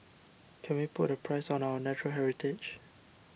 can we put a price on our natural heritage